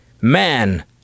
man